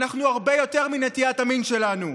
אנחנו הרבה יותר מנטיית המין שלנו.